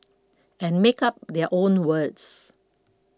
and make up their own words